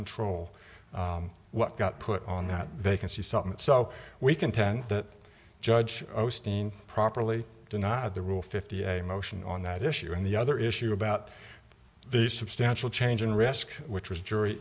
control what got put on that they can see something so we contend that judge o'steen properly denied the rule fifty a motion on that issue and the other issue about the substantial change in risk which was jury